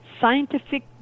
scientific